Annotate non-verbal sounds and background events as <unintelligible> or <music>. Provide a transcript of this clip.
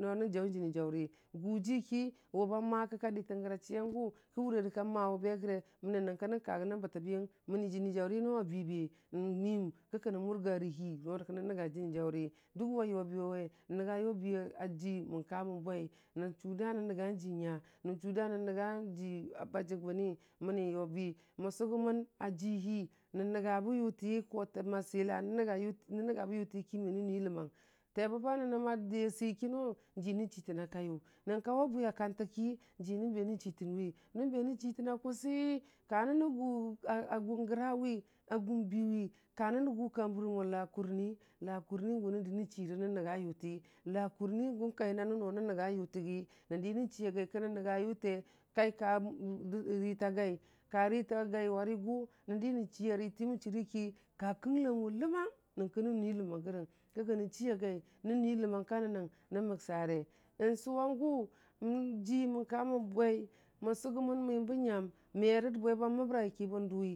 ndo nən jaʊ jini jaʊri, gʊ jʊi ki gʊ ba ma kə ka ditənrəga chiyangʊ kə wʊrere ka ma wa be rəge, məm nyookə nən karə yə nən bələbiyəng, məni jinijaʊri noo a bii be nmiyəm, kikənə mʊrga rə bii noo kənə nənga jinjaʊri <unintelligible> wai yʊbi we, nənga yʊbi we a jʊ mən ka mən bwei, nən chʊ da nən nəngu ji nyu, nən chʊ da nən nənga ji ba jigbəni, məni yʊbi mən sʊgʊ mən a jʊ, hi, nənga bə yʊtii ki, təma siila ki mebənnui ləmang. tebəba nənəm a diya səi kinoo, nji nən chitənna kaiyu, nən kawobi a kani ki ji nən be nən chitənwi, nən ba nən chitanna kʊsi, ka nənə yʊ a gʊn grawi, a gʊn biwi, ka nən gʊka bərə mo ka kʊlni, la kulni gʊ nən yijirə nən chiwi nən nənga yʊti la kʊlli gən kaita nənu nən nənga yʊtiwi, nən di nən chi ə yai kənəng nənya yʊte, gai ka ritə gai warigʊ, nəndi nən chi ritəmən chʊri yiki, ka kətənlangwe ləman, nyənkə nən nui ləmangərəng ki kənən chi a yai nən nui ləmaang ka nənəng, nən məksare nsʊwang sʊ, jui mən ka mən bwei mən sʊgʊmən yəmbə nyam mə rə bwe ba məbərai kə bən dʊwi.